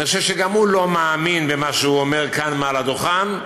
אני חושב שגם הוא לא מאמין במה שהוא אומר כאן מעל הדוכן,